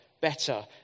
better